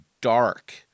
dark